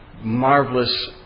Marvelous